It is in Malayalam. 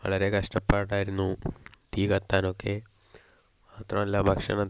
വളരെ കഷ്ടപ്പാടായിരുന്നു തീ കത്താൻ ഒക്കെ മാത്രമല്ല ഭക്ഷണം